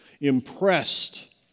impressed